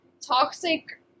toxic